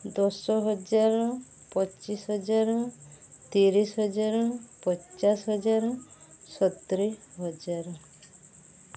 ଦଶ ହଜାର ପଚିଶି ହଜାର ତିରିଶି ହଜାର ପଚାଶି ହଜାର ସତୁରି ହଜାର